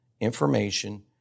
information